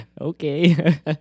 Okay